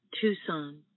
Tucson